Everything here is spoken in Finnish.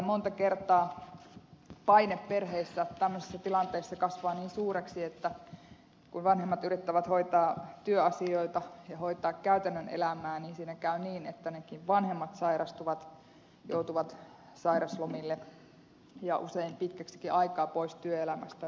monta kertaa paine perheissä tämmöisissä tilanteissa kasvaa niin suureksi että kun vanhemmat yrittävät hoitaa työasioita ja hoitaa käytännön elämää siinä käy niin että ne vanhemmat sairastuvat joutuvat sairaslomille ja usein pitkäksikin aikaa pois työelämästä